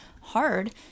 hard